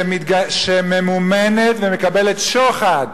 שממומנת ומקבלת שוחד